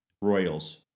Royals